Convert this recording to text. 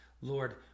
Lord